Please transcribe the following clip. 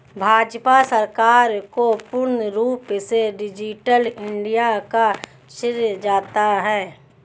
भाजपा सरकार को पूर्ण रूप से डिजिटल इन्डिया का श्रेय जाता है